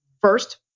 First